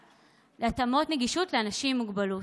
(התאמות נגישות לאנשים עם מוגבלות).